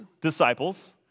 disciples